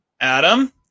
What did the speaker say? Adam